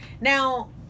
Now